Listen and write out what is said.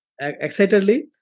excitedly